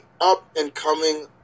up-and-coming